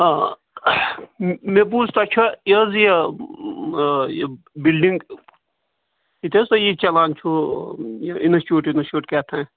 آ مےٚ بوٗز تۄہہِ چھَوا یہِ حظ یہِ یہِ بِلڈِنٛگ ییٚتہِ حظ تۄہہِ یہِ چَلان چھُو یہِ اِنسچوٗٹ وِنِسچوٗٹ کیٛاہتانۍ